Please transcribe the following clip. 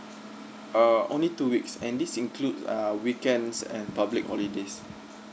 err only two weeks and this include uh weekends and public holidays